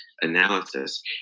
analysis